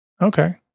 Okay